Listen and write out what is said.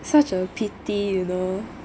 such a pity you know